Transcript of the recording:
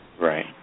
Right